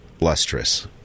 lustrous